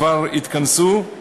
כבר התכנסו,